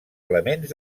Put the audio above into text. elements